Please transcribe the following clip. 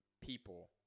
people